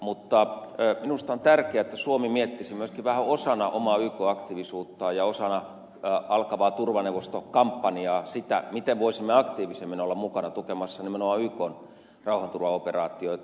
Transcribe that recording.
mutta minusta on tärkeätä että suomi miettisi myöskin vähän osana omaa yk aktiivisuuttaan ja osana alkavaa turvaneuvostokampanjaa sitä miten voisimme aktiivisemmin olla mukana tukemassa nimenomaan ykn rauhanturvaoperaatioita